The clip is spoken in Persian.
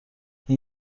این